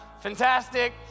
fantastic